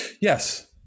Yes